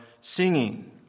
singing